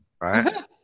right